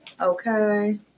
Okay